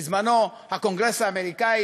בזמנו, הקונגרס האמריקני